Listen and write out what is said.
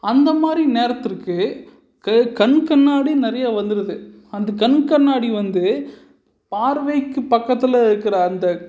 அந்தமாதிரி நேரத்திற்கு க கண் கண்ணாடி நிறைய வந்துடுது அந்த கண் கண்ணாடி வந்து பார்வைக்கு பக்கத்தில் இருக்கிற அந்த